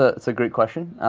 ah so great question.